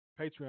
Patreon